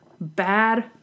Bad